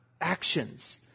actions